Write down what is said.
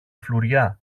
φλουριά